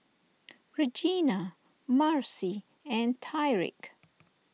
Regina Marci and Tyreke